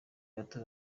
bato